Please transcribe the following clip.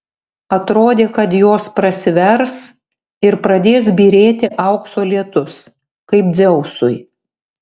atrodė kad jos prasivers ir pradės byrėti aukso lietus kaip dzeusui